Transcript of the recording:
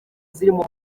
zirimo